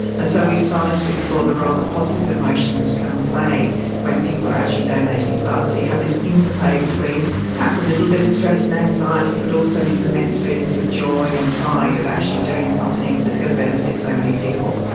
and so we've started to explore the role that positive emotions can play when people are actually donating blood. so you have this interplay between perhaps a little bit of stress and anxiety but also these immense feelings of joy and pride at actually doing something that's going to benefit so many people.